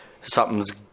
something's